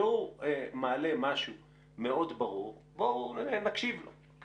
והוא מעלה משהו מאוד ברור, בואו נקשיב לו.